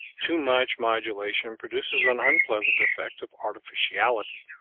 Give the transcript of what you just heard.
too much modulation produces an unpleasant effect of artificiality,